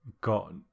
got